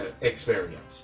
Experience